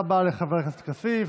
תודה רבה לחבר הכנסת כסיף.